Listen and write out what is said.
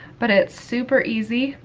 but it's super easy,